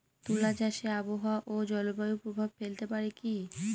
তুলা চাষে আবহাওয়া ও জলবায়ু প্রভাব ফেলতে পারে কি?